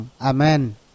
Amen